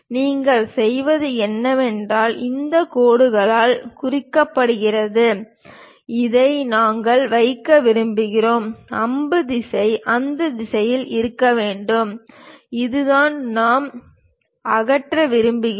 நீங்கள் செய்வது என்னவென்றால் இந்த கோடுகளால் குறிக்கப்படுகிறது இதை நாங்கள் வைக்க விரும்புகிறோம் அம்பு திசை அந்த திசையில் இருக்க வேண்டும் இதுதான் நாம் அகற்ற விரும்புகிறோம்